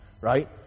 Right